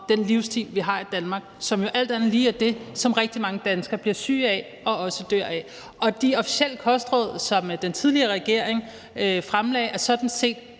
den livsstil, vi har i Danmark, som jo alt andet lige er det, som rigtig mange danskere bliver syge af og også dør af. Og de officielle kostråd, som den tidligere regering fremlagde, er sådan set